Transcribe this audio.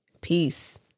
Peace